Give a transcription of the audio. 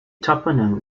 toponym